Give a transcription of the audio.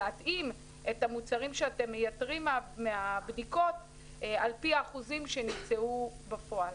להתאים את המוצרים שאתם מייתרים מהבדיקות על פי האחוזים שנמצאו בפועל.